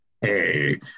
Hey